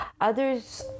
Others